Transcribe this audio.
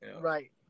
Right